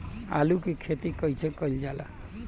आलू की खेती कइसे कइल जाला?